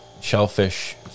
shellfish